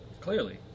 clearly